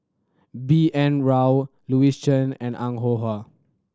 B N Rao Louis Chen and Ong Ah Hoi